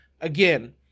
Again